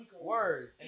Word